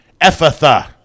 Ephatha